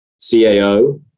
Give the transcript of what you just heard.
CAO